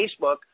Facebook